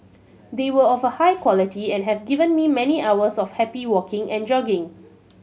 they were of a high quality and have given me many hours of happy walking and jogging